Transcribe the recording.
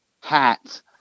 hats